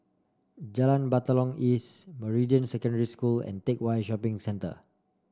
Jalan Batalong East Meridian Secondary School and Teck Whye Shopping Centre